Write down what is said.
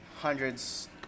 hundreds